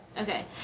Okay